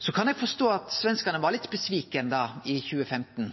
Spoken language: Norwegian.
Så kan eg forstå at svenskane var litt «besvikna» i 2015,